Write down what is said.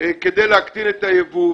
כדי להקטין את היבוא,